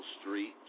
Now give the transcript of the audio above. Street